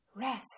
Rest